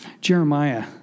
Jeremiah